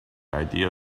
idea